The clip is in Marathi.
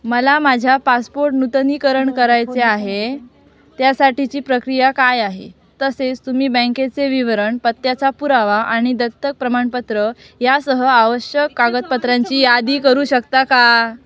मला माझ्या पासपोट नूतनीकरण करायचे आहे त्यासाठीची प्रक्रिया काय आहे तसेच तुम्ही बँकेचे विवरण पत्त्याचा पुरावा आणि दत्तक प्रमाणपत्र यासह आवश्यक कागदपत्रांची यादी करू शकता का